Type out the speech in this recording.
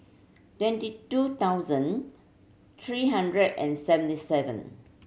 twenty two thousand three hundred and seventy seven